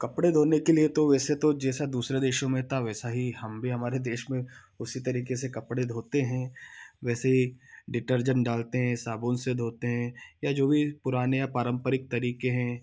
कपड़े धोने के लिए तो वैसे तो जैसा दूसरे देशों में था वैसा ही हम भी हमारे देश में उसी तरीके से कपड़े धोते हैं वैसे ही डिटर्जंट डालते हैं साबुन से धोते हैं या जो भी पुराने या पारम्परिक तरीके हैं